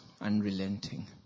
Unrelenting